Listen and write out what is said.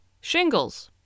shingles